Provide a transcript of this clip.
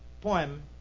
poem